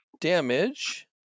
damage